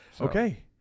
Okay